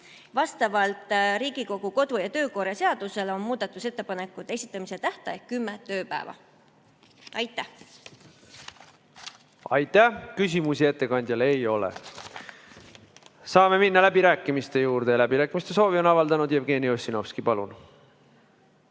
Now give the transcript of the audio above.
Vastavalt Riigikogu kodu- ja töökorra seadusele on muudatusettepanekute esitamise tähtaeg kümme tööpäeva. Aitäh! Aitäh! Küsimusi ettekandjale ei ole. Saame minna läbirääkimiste juurde ja läbirääkimiste soovi on avaldanud Jevgeni Ossinovski. Palun!